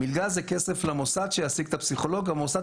המלגה זה כסף למוסד שיעסיק את הפסיכולוג המוסד